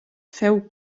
feu